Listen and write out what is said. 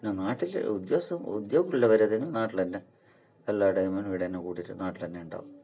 പിന്നെ നാട്ടിൽ ഉദ്ദേസ ഉദ്യോഗമുള്ളവർ അധികവും നാട്ടിൽ തന്നെ എല്ലാടെയും ഇവിടെ തന്നെ കൂട്ടിയിട്ട് നാട്ടിൽ തന്നെ ഉണ്ടാകും